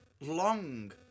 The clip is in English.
long